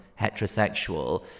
heterosexual